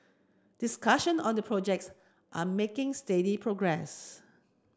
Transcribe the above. discussion on the projects are making steady progress